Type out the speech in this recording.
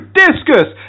discus